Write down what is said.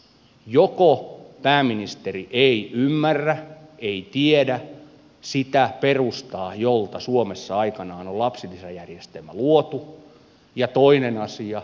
joko pääministeri ei ymmärrä tai ei tiedä sitä perustaa jolta suomessa aikanaan on lapsilisäjärjestelmä luotu ja toinen asia